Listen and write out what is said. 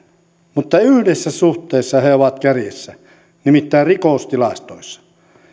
mutta yhdessä suhteessa he ovat kärjessä nimittäin rikostilastoissa